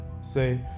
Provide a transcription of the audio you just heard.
say